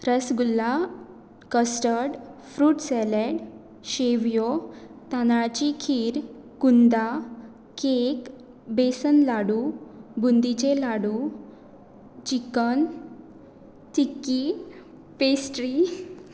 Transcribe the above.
rasgulla custard fruit salad शेवियो तांदळाची खीर कुंदा केक बेसन लाडू बुंदीचे लाडू चिकन चिक्की पेस्ट्री